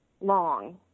long